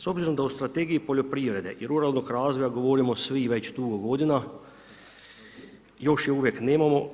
S obzirom da u strategiji poljoprivrede i ruralnog razvoja govorimo svi već dugo godina, još je uvijek nemamo.